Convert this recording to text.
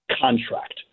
contract